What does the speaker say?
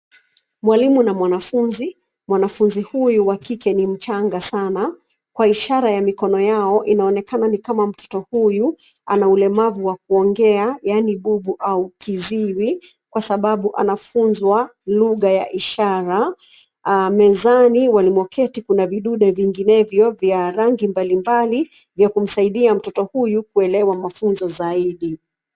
Mwalimu na mwanafunzi. Mwanafunzi huyu wa kike ni mchanga sana. Kwa ishara ya mikono yao inaonekana ni kama mtoto huyu anaulemavu wa kuongea, yaani bubu au kiziwi kwa sababu anafunzwa lugha ya ishara. Mezani walimo keti kuna vidude vinginevyo vya rangi mbalimbali vya kumsaidia mtoto huyu kuelewa mafunzo zaidi.